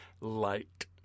light